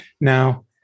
Now